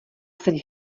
seď